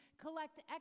collect